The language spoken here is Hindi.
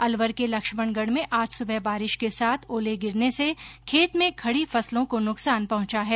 अलवर के लक्ष्मणगढ़ में आज सुबह बारिश के साथ ओले गिरने से खेत में खड़ी फसलों को नुकसान पहुंचा है